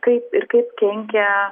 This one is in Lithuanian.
kaip ir kaip kenkia